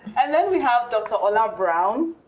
and then we have dr. ola brown,